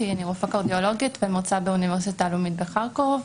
אני רופאה קרדיולוגית ומרצה באוניברסיטה הלאומית בחרקוב.